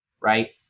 right